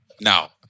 Now